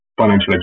financial